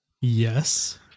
yes